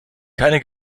keine